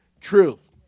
truth